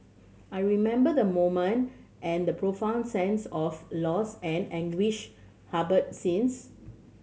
I remember the moment and the profound sense of loss and anguish harboured since